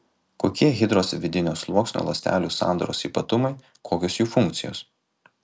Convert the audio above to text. kokie hidros vidinio sluoksnio ląstelių sandaros ypatumai kokios jų funkcijos